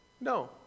No